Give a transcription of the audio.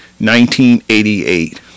1988